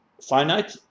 finite